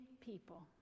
people